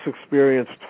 experienced